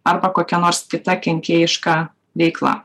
arba kokia nors kita kenkėjiška veikla